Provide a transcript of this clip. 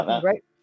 great